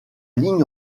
ligne